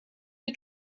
die